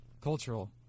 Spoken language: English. Cultural